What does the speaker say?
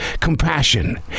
compassion